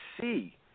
see